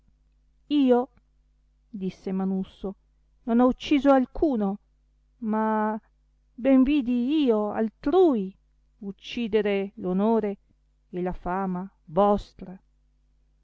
io disse manusso non ho ucciso alcuno ma ben vidi io altrui uccidere l'onore e la fama vostra